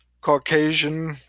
Caucasian